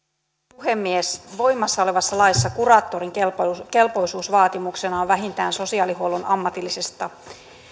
puhemies voimassa olevassa laissa kuraattorin kelpoisuusvaatimuksena on vähintään sosiaalihuollon ammatillisista